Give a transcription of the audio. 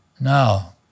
Now